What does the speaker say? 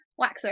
Waxer